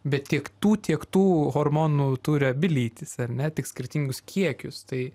bet tiek tų tiek tų hormonų turi abi lytys ar ne tik skirtingus kiekius tai